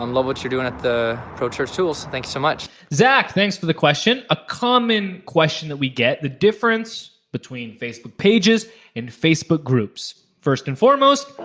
um love what you're doing at the pro church tools. thank you so much. zach, thanks for the question. a common question that we get. the difference between facebook pages and facebook groups. first and foremost,